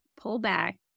pullback